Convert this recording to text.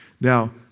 Now